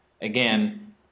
Again